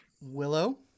Willow